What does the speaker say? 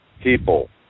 people